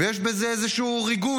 ויש בזה איזה ריגוש.